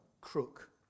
crook